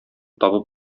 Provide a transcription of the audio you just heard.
табып